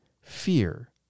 fear